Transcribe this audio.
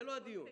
זה לא הדיון.